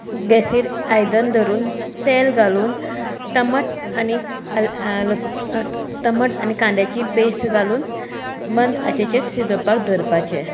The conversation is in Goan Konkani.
गॅसीर आयदन धरून तेल घालून टमाट आनी लसून कांद्याची पॅस्ट घालून मंद हाचेर शिजोवपाक दवरपाचें